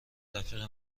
رفیق